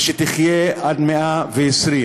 ושתחיה עד מאה-ועשרים,